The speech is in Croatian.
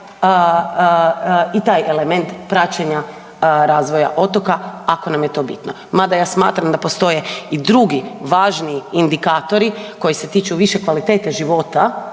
i taj element praćenja razvoja otoka ako nam je to bitno, mada ja smatram da postoje i drugi važni indikatori koji se tiču više kvalitete života